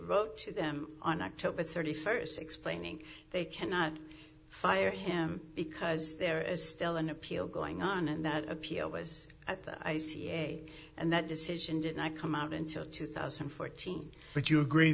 wrote to them on october thirty first explaining they cannot fire him because there is still an appeal going on and that appeal was at the i c a and that decision did not come out until two thousand and fourteen but you agree